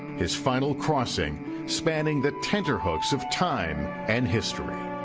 his final crossing spanning the tender hooks of time and history.